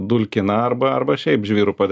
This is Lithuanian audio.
dulkina arba šiaip žvyru padengta